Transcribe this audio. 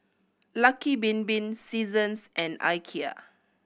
Lucky Bin Bin Seasons and Ikea